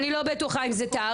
אני לא בטוחה אם זה תעריף.